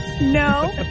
no